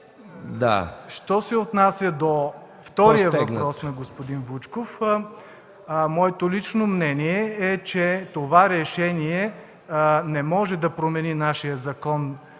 Що се отнася до втория въпрос на господин Вучков, моето лично мнение е, че това решение не може да промени нашия Закон